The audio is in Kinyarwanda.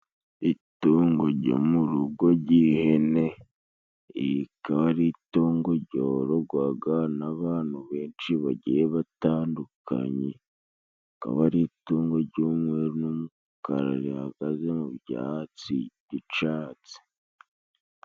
Itungo jyo mu rugo jy'ihene, iri rikaba ari itungo jyorogwaga n'abantu benshi bagiye batandukanye, rikaba ari itungo jy'umweru n'umukara rihagaze mu byatsi by'icatsi.